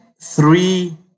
three